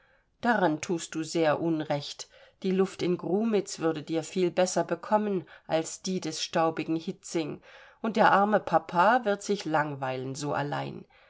daran thust du sehr unrecht die luft in grumitz würde dir viel besser bekommen als die des staubigen hietzing und der arme papa wird sich langweilen so allein